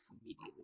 immediately